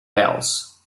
bells